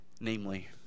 Namely